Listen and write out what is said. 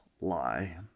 lie